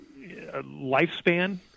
lifespan